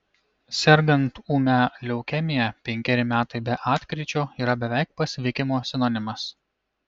sergant ūmia leukemija penkeri metai be atkryčio yra beveik pasveikimo sinonimas